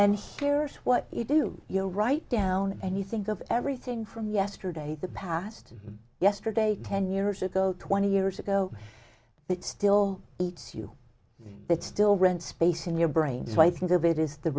and here's what you do you write down and you think of everything from yesterday the past yesterday ten years ago twenty years ago it still beats you that still rent space in your brain so i think of it is the